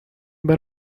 برم